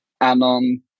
anon